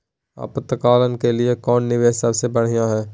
आपातकाल के लिए कौन निवेस सबसे बढ़िया है?